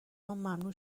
ممنوع